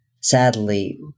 Sadly